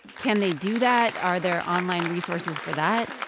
can they do that? are there online resources for that?